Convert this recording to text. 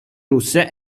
russe